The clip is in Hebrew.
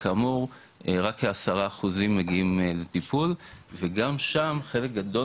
וכאמור רק כעשרה אחוזים מגיעים לטיפול וגם שם חלק גדול